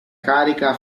carica